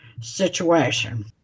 situation